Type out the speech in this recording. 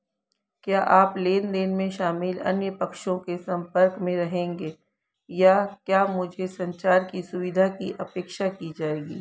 क्या आप लेन देन में शामिल अन्य पक्षों के संपर्क में रहेंगे या क्या मुझसे संचार की सुविधा की अपेक्षा की जाएगी?